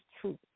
truth